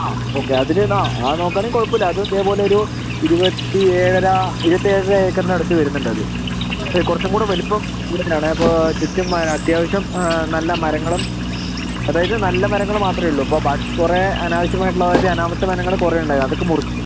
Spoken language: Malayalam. ആ ഓക്കെ അതിലെന്നാൽ ആ നോക്കുവാണെങ്കിൽ കുഴപ്പമില്ല അത് ഇതേ പോലെയൊരു ഇരുപത്തിയേഴര ഇരുപത്തിയേഴര ഏക്കറിനടുത്ത് വരുന്നുണ്ടത് കുറച്ചും കൂടെ വലുപ്പം കൂടുതലാണ് അപ്പോൾ ചുറ്റും അത്യാവശ്യം നല്ല മരങ്ങളും അതായത് നല്ല മരങ്ങള് മാത്രമേയുള്ളൂ ഇപ്പോൾ ബാക്കി കുറെ അനാവശ്യമായിട്ടുള്ള അനാമത്ത് മരങ്ങള് കുറെ ഉണ്ടായിരുന്നു അതൊക്കെ മുറിച്ചു